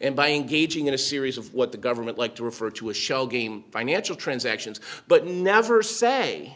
and by engaging in a series of what the government like to refer to as shell game financial transactions but never say